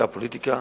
זה הפוליטיקה